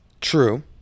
True